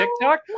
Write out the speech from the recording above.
tiktok